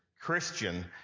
Christian